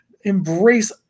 embrace